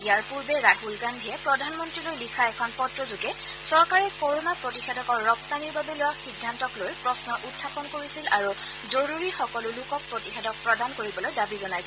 ইয়াৰ পূৰ্বে ৰাহুল গাধীয়ে প্ৰধানমন্ত্ৰীলৈ লিখা এখন পত্ৰযোগে চৰকাৰে কৰোণা প্ৰতিষেধকৰ ৰপ্তানিৰ বাবে লোৱা সিদ্ধান্তক লৈ প্ৰশ্ন উখাপন কৰিছিল আৰু জৰুৰী সকলো লোকক প্ৰতিষেধক প্ৰদান কৰিবলৈ দাবী জনাইছিল